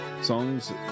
songs